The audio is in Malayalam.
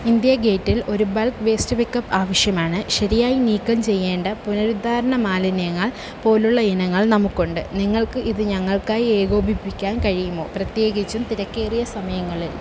ഇന്ത്യാ ഗേറ്റിൽ ഒരു ബൾക്ക് വേസ്റ്റ് പിക്കപ്പ് ആവശ്യമാണ് ശരിയായി നീക്കം ചെയ്യേണ്ട പുനരുദ്ധാരണ മാലിന്യങ്ങൾ പോലുള്ള ഇനങ്ങൾ നമുക്കുണ്ട് നിങ്ങൾക്ക് ഇത് ഞങ്ങൾക്കായി ഏകോപിപ്പിക്കാൻ കഴിയുമോ പ്രത്യേകിച്ചും തിരക്കേറിയ സമയങ്ങളിൽ